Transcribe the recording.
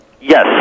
Yes